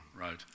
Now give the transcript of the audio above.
Right